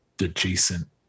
adjacent